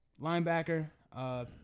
Linebacker